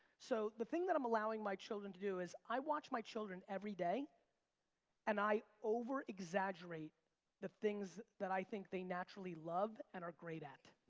so the thing that i'm allowing my children to do is, i watch my children everyday and i overexaggerate the things that i think they naturally love and are great at.